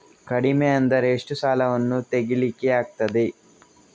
ಕಡಿಮೆ ಅಂದರೆ ಎಷ್ಟು ಸಾಲವನ್ನು ತೆಗಿಲಿಕ್ಕೆ ಆಗ್ತದೆ?